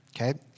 Okay